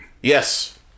Yes